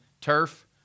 turf